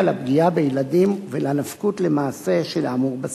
לפגיעה בילדים ולנפקות למעשה של האמור בספר.